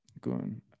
Goon